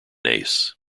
ace